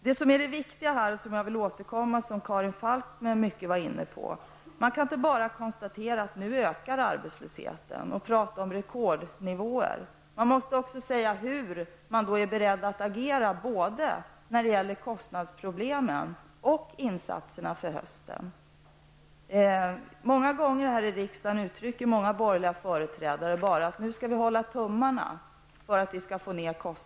Det viktiga här -- jag återkommer alltså till dessa saker, som Karin Falkmer för övrigt också mycket uppehöll sig vid -- är inte att konstatera att arbetslösheten nu ökar eller att tala om rekordnivåer. Man måste ju också ange hur man är beredd att agera både när det gäller kostnadsproblemen och när det gäller insatserna för hösten. Många gånger här i kammaren har borgerliga företrädare bara sagt att vi skall hålla tummen för att kostnaderna skall minska.